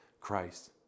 Christ